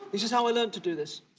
this is how i learned to do this,